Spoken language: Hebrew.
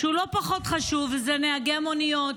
שהוא לא פחות חשוב וזה נהגי המוניות.